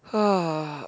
!huh!